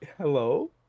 Hello